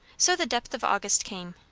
so the depth of august came.